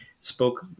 spoke